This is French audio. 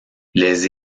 les